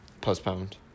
postponed